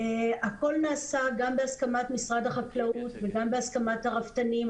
הכול נעשה גם בהסכמת משרד החקלאות וגם בהסכמת הרפתנים.